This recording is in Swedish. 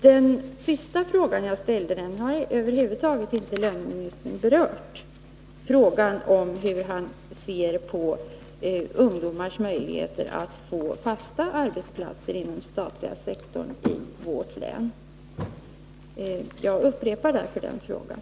Den sista frågan jag ställde har löneministern över huvud taget inte berört, och jag upprepar därför även den frågan: Hur ser statsrådet Johansson på ungdomars möjligheter att få fasta arbetsplatser inom den statliga sektorn i vårt län?